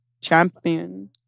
champion